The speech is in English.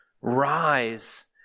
Rise